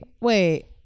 wait